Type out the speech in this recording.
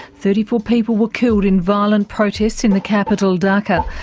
thirty four people were killed in violent protests in the capital dhaka.